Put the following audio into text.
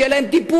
שיהיה להם טיפול,